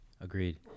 Agreed